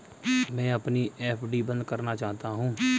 मैं अपनी एफ.डी बंद करना चाहता हूँ